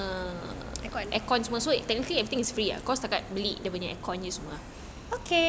aircon